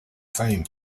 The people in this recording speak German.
fame